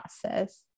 process